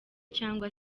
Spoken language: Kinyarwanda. cyangwa